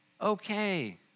okay